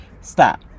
Stop